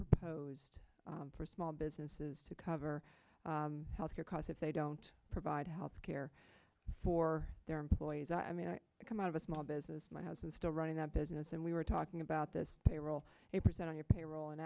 proposed for small businesses to cover health care costs if they don't provide health care for their employees i mean i come out of a small business my husband still running a business and we were talking about this payroll eight percent on your payroll and